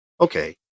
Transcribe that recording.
okay